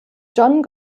john